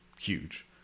huge